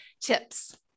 tips